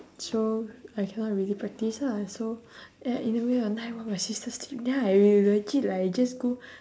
so I cannot really practice lah so and in the middle of the night while my sister sleep then I will legit like I just go